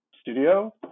studio